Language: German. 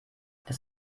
das